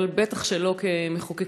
אבל בטח שלא כמחוקקים,